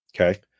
Okay